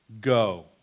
Go